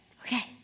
Okay